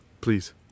please